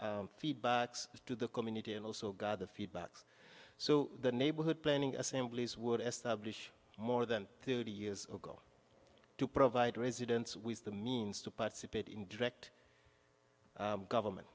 wonderful feedbacks to the community and also got the feedback so the neighborhood planning assemblies would establishments more than thirty years ago to provide residents with the means to participate in direct government